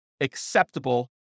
acceptable